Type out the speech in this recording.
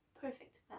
perfect